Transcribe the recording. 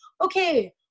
okay